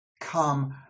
Come